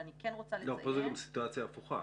יכולה להיות גם סיטואציה הפוכה,